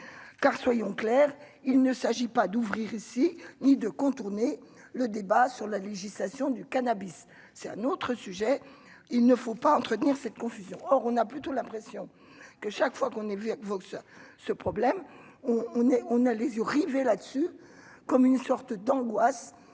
car soyons clairs, il ne s'agit pas d'ouvrir ici ni de contourner le débat sur la législation du cannabis, c'est un autre sujet, il ne faut pas entretenir cette confusion, or on a plutôt l'impression que chaque fois qu'on ait vu avec ce ce problème on on est, on a les yeux rivés là-dessus comme une sorte d'angoisse